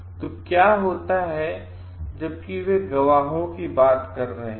तो क्या होता है जबकि वे यहाँ गवाहों की बात कर रहे हैं